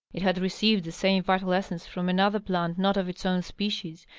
it had received the same vital essence from another plant not of its own species,